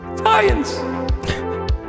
Science